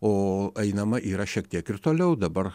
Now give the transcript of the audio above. o einama yra šiek tiek ir toliau dabar